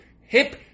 hip